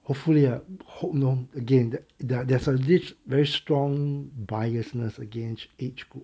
hopefully uh hope no again there's a this very strong biasness against age group